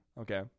Okay